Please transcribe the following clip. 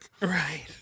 right